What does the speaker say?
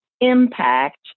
impact